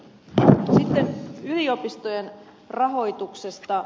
sitten yliopistojen rahoituksesta